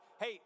Hey